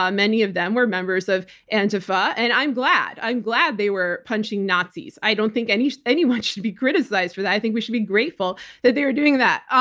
um many of them were members of antifa, and i'm glad. i'm glad they were punching nazis. i don't think anyone anyone should be criticized for that. i think we should be grateful that they're doing that.